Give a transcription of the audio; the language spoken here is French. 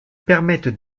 permettent